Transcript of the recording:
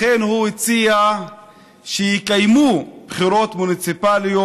לכן, הוא הציע שיקיימו בחירות מוניציפליות,